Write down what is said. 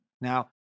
Now